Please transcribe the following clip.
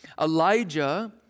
Elijah